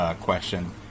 question